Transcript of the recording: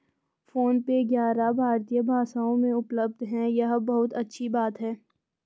phone पे ग्यारह भारतीय भाषाओं में उपलब्ध है यह बहुत अच्छी बात है